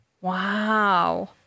Wow